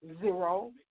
zero